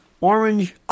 Orange